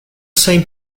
same